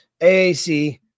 AAC